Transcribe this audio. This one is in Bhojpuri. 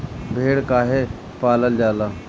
भेड़ काहे पालल जाला?